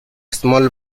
small